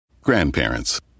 Grandparents